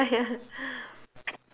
ya ya